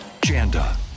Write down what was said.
Janda